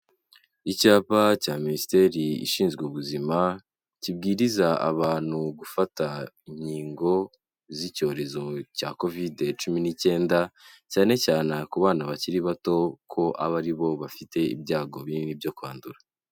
Icyapa cya Minisiteri ishinzwe ubuzima kibwiriza abantu gufata inkingo z'icyorezo cya Covid cumi n'icyenda, cyane cyane ku bana bakiri bato ko aba ari bo bafite ibyago binini byo kwandura.